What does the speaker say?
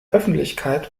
öffentlichkeit